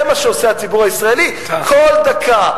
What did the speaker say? זה מה שעושה הציבור הישראלי כל דקה,